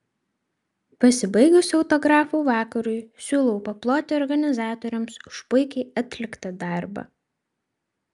pasibaigus autografų vakarui siūlau paploti organizatoriams už puikiai atliktą darbą